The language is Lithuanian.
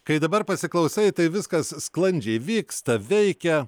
kai dabar pasiklausai tai viskas sklandžiai vyksta veikia